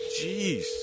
Jeez